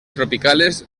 tropicales